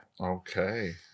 Okay